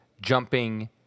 jumping